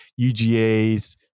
UGA's